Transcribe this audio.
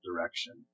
direction